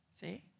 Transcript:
See